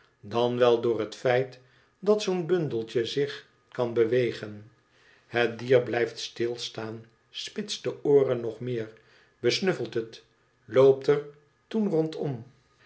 dan wel door het feit dat zoo'n bundeltje zich kan bewegen het dier blijft stilstaan spitst de ooren nog meer besnuffelt het loopt er toen rondom